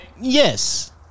Yes